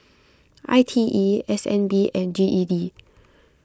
I T E S N B and G E D